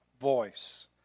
voice